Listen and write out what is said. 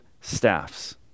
staffs